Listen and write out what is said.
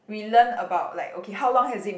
we learn about like okay how long has it